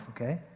okay